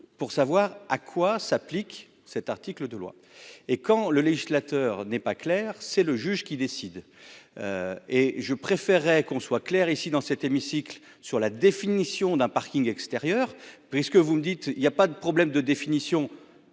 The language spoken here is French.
pour savoir à quoi s'appliquent cet article de loi et quand le législateur n'est pas clair, c'est le juge qui décide et je préférerais qu'on soit clair ici dans cet hémicycle, sur la définition d'un Parking extérieur puisque vous me dites, il y a pas de problème de définition